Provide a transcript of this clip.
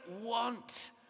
want